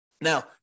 Now